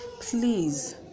please